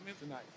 tonight